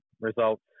results